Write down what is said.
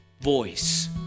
voice